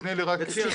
תני לי רק --- סליחה,